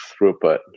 throughput